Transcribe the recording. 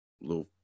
little